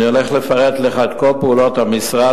אני הולך לפרט לך את כל פעולות המשרד